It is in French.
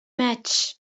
matchs